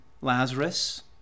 Lazarus